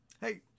Hey